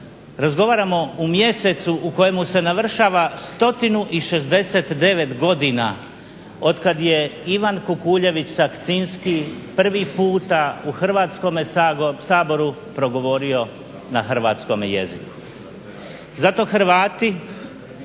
Razgovaramo u mjesecu u kojemu se navršava 169 godina od kad je Ivan Kukuljević Sakscinski prvi puta u Hrvatskome saboru progovorio na hrvatskome jeziku. Zato Hrvati,